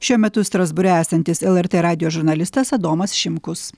šiuo metu strasbūre esantis lrt radijo žurnalistas adomas šimkus